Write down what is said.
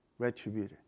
Retributed